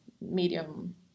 medium